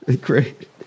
Great